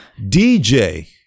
DJ